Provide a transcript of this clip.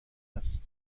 است